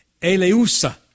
Eleusa